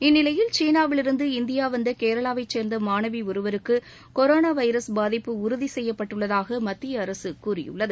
இந்நிலையில் சீனாவிலிருந்து இந்தியா வந்த கேரளாவை சேர்ந்த மாணவி ஒருவருக்கு கொரோனா வைரஸ் பாதிப்பு உறுதி செய்யப்பட்டுள்ளதாக மத்திய அரசு கூறியுள்ளது